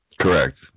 Correct